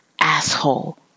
Asshole